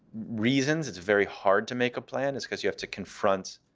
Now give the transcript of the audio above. reasons it's very hard to make a plan is because you have to confront